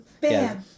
Bam